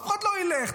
אף אחד לא ילך,